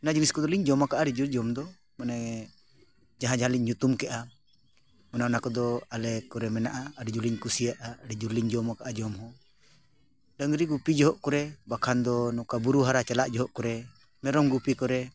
ᱚᱱᱟ ᱡᱤᱱᱤᱥ ᱠᱚᱫᱚ ᱞᱤᱧ ᱡᱚᱢ ᱟᱠᱟᱫᱼᱟ ᱟᱹᱰᱤ ᱡᱳᱨ ᱡᱚᱢ ᱫᱚ ᱢᱟᱱᱮ ᱡᱟᱦᱟᱸ ᱡᱟᱦᱟᱸᱞᱤᱧ ᱧᱩᱛᱩᱢ ᱠᱮᱜᱼᱟ ᱚᱱᱟ ᱚᱱᱟ ᱠᱚᱫᱚ ᱟᱞᱮ ᱠᱚᱨᱮ ᱢᱮᱱᱟᱜᱼᱟ ᱟᱹᱰᱤ ᱡᱳᱨᱞᱤᱧ ᱠᱩᱥᱤᱭᱟᱜᱼᱟ ᱟᱹᱰᱤ ᱡᱳᱨ ᱞᱤᱧ ᱡᱚᱢ ᱟᱠᱟᱫᱼᱟ ᱡᱚᱢ ᱦᱚᱸ ᱰᱟᱹᱝᱨᱤ ᱜᱩᱯᱤ ᱡᱚᱠᱷᱚᱱ ᱠᱚᱨᱮ ᱵᱟᱠᱷᱟᱱ ᱫᱚ ᱱᱚᱝᱠᱟ ᱵᱩᱨᱩ ᱦᱟᱨᱟ ᱪᱟᱞᱟᱜ ᱡᱚᱠᱷᱚᱱ ᱠᱚᱨᱮ ᱢᱮᱨᱚᱢ ᱜᱩᱯᱤ ᱠᱚᱨᱮ